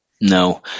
No